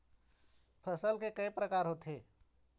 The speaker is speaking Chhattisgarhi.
फसल के कय प्रकार होथे?